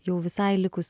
jau visai likus